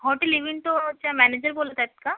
hotel इवेन्टोच्या manager बोलत आहेत का